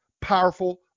powerful